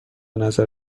نظر